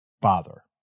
bother